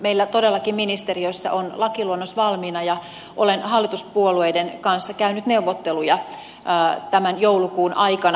meillä todellakin ministeriössä on lakiluonnos valmiina ja olen hallituspuolueiden kanssa käynyt neuvotteluja tämän joulukuun aikana